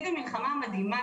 היום,